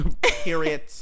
Period